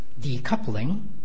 decoupling